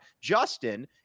Justin